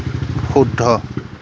শুদ্ধ